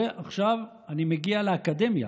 עכשיו אני מגיע לאקדמיה.